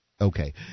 Okay